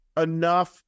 Enough